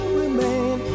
remain